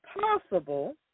possible